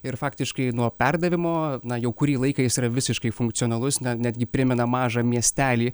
ir faktiškai nuo perdavimo na jau kurį laiką jis yra visiškai funkcionalus netgi primena mažą miestelį